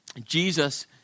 Jesus